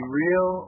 real